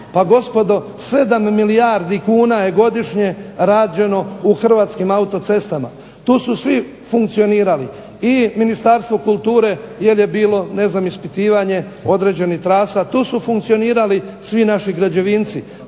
Pa gospodo, 7 milijardi kuna je godišnje rađeno u Hrvatskim autocestama. Tu su svi funkcionirali, i Ministarstvo kulture jer je bilo ispitivanje određenih trasa, tu su funkcionirali svi naši građevinci.